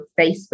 Facebook